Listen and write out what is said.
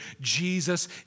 Jesus